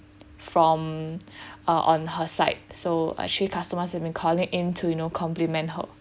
from uh on her side so actually customers have been calling in to you know compliment her